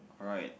alright